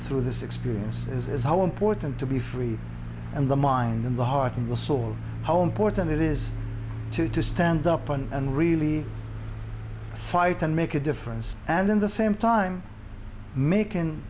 through this experience is how important to be free and the mind in the heart and the soul how important it is to to stand up and really fight and make a difference and in the same time mak